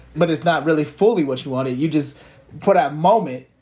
but it's not really fully what you wanted. you just for that moment,